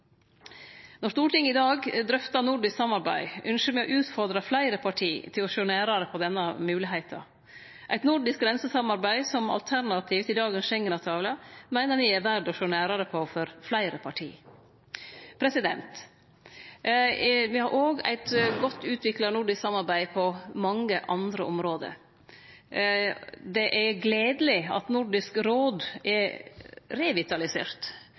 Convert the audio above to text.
Når Stortinget i dag drøftar nordisk samarbeid, ynskjer me å utfordre fleire parti til å sjå nærare på denne moglegheita. Eit nordisk grensesamarbeid, som alternativ til dagens Schengen-avtale, meiner me er verdt å sjå nærare på for fleire parti. Me har òg eit godt utvikla nordisk samarbeid på mange andre område. Det er gledeleg at Nordisk råd er revitalisert